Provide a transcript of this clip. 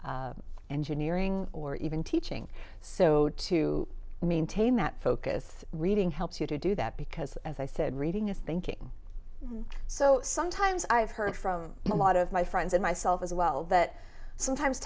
engineering or even teaching so to maintain that focus reading helps you to do that because as i said reading is thinking so sometimes i've heard from a lot of my friends and myself as well that sometimes